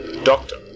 Doctor